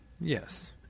Yes